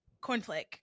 cornflake